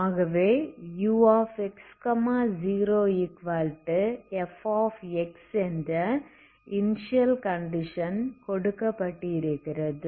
ஆகவே ux0f என்ற initial condition கொடுக்கப்பட்டிருக்கிறது